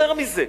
יותר מזה,